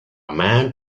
man